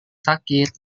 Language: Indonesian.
sakit